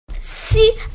See